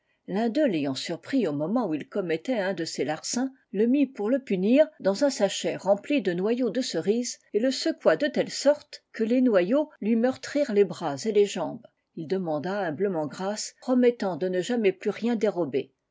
l'un d'eux l'ayant surpris au moment où il commettait un de ces larcins le mit pour le punir dans un sachet rempli de noyaux de cerises et le secoua de telle sorte que les noyaux lui meurtrirent les bras et les jambes demanda humblement grâce promettant de ne jamais plus rien dérober